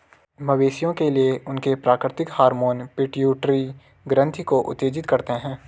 मवेशियों के लिए, उनके प्राकृतिक हार्मोन पिट्यूटरी ग्रंथि को उत्तेजित करते हैं